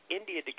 India